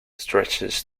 stretches